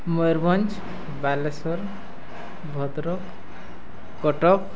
Mayurbhanj Balasore Bhadrak Cuttack